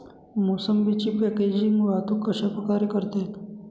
मोसंबीची पॅकेजिंग वाहतूक कशाप्रकारे करता येईल?